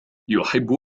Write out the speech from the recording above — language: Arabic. يحب